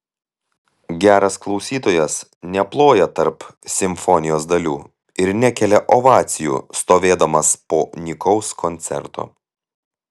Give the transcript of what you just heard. geras klausytojas neploja tarp simfonijos dalių ir nekelia ovacijų stovėdamas po nykaus koncerto